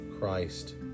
Christ